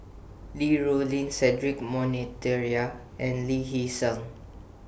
Li Rulin Cedric Monteiro and Lee Hee Seng